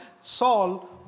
Saul